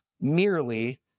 merely